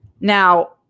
Now